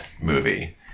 movie